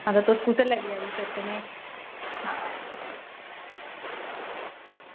ते तुस कुत्थें लेई सकने आं